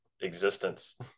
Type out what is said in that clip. existence